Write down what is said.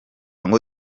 ngo